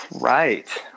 Right